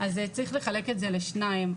צריך לחלק את זה לשניים.